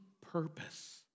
purpose